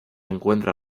encuentra